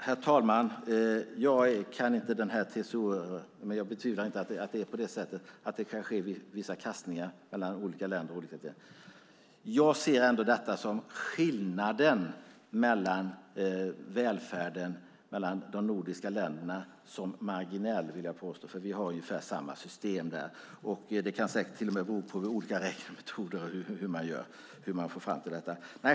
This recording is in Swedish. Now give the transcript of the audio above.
Herr talman! Jag känner inte till TCO-utredningen, men betvivlar inte att det är på det sättet, att det kan ske vissa kastningar mellan olika länder. Jag ser ändå skillnaden mellan välfärden i de nordiska länderna som marginell. Vi har ungefär samma system. Det kan säkert till och med bero på olika räknemetoder och hur man får fram detta.